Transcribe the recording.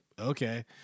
okay